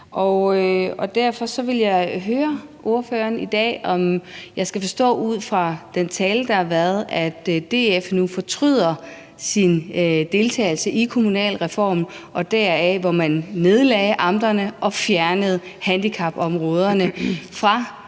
derfor vil jeg høre ordføreren i dag, om jeg ud fra den tale, der blev holdt, skal forstå det sådan, at DF nu fortryder sin deltagelse i kommunalreformen, herunder at man nedlagde amterne og fjernede handicapområdet fra